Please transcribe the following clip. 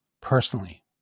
personally